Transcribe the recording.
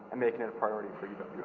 and making it a priority for uwm.